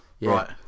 Right